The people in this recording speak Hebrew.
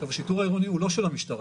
השיטור העירוני הוא לא של המשטרה.